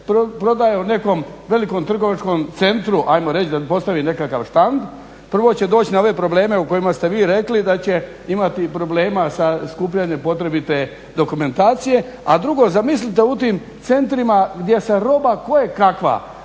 prodaje u nekom velikom trgovačkom centru, ajmo reći da postavi nekakav štand, prvo će doći na ove probleme o kojima ste vi rekli da će imati problema sa skupljanjem potrebite dokumentacije. A drugo, zamislite u tim centrima gdje se roba kojekakva,